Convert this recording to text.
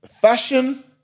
fashion